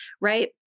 right